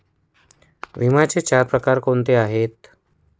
विम्याचे चार प्रकार कोणते आहेत?